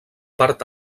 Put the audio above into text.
part